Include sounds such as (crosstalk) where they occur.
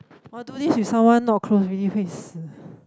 !wah! do this with someone not close really very (noise)